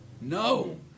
No